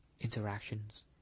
Interactions